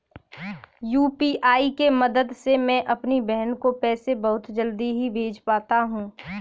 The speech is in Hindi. यू.पी.आई के मदद से मैं अपनी बहन को पैसे बहुत जल्दी ही भेज पाता हूं